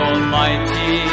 Almighty